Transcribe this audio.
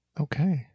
Okay